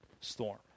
storm